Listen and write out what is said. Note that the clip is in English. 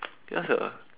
ya sia